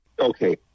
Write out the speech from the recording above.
Okay